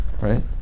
right